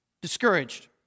discouraged